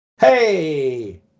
Hey